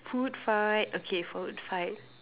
food fight okay food fight